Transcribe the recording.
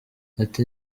ati